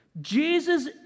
Jesus